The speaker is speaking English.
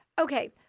Okay